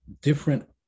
different